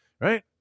right